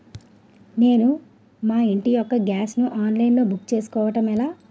నేను మా ఇంటి యెక్క గ్యాస్ ను ఆన్లైన్ లో బుక్ చేసుకోవడం ఎలా?